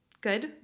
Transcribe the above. Good